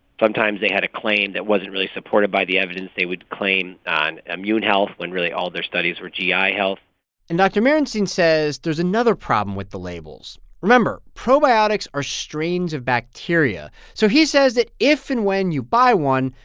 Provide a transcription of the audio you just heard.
sometimes they had a claim that wasn't really supported by the evidence. they would claim on immune health when, really, all their studies were gi ah health and dr. merenstein says there's another problem with the labels. remember, probiotics are strains of bacteria. so he says that if and when you buy one,